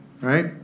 right